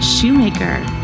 Shoemaker